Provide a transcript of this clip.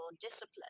discipline